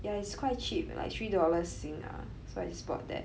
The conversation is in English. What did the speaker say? ya it's quite cheap like three dollars sing ah so I just bought that